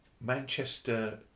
Manchester